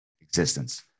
existence